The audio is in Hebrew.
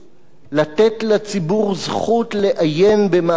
לעיין במאגרי המידע של רישום הקרקעות.